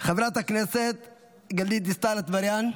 חברת הכנסת גלית דיסטל אטבריאן,